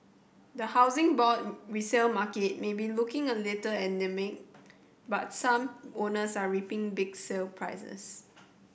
the Housing Board resale market may be looking a little anaemic but some owners are reaping big sale prices